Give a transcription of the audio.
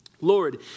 Lord